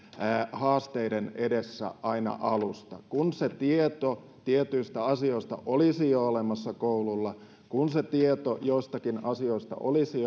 haasteiden edessä aina alusta kun tieto tietyistä asioista olisi jo olemassa koululla kun tieto joistakin asioista olisi